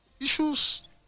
issues